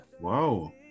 Wow